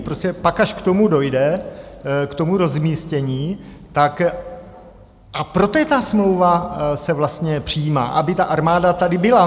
Prostě pak až k tomu dojde, k tomu rozmístění, tak... a proto se ta smlouva vlastně přijímá, aby ta armáda tady byla.